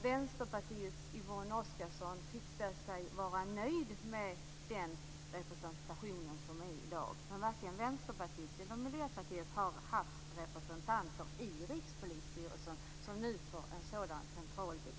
Vänsterpartiets Yvonne Oscarsson tyckte sig vara nöjd med den representation som är i dag, men varken Vänsterpartiet eller Miljöpartiet har haft representanter i Rikspolisstyrelsen, som nu får en sådan central betydelse.